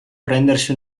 prendersi